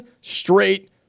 straight